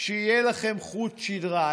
שיהיה לכם חוט שדרה.